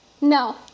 No